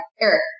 Eric